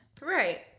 Right